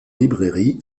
librairie